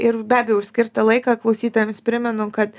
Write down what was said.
ir be abejo skirtą laiką klausytojams primenu kad